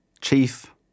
chief